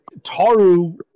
Taru